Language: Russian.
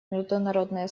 международное